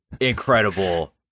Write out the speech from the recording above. incredible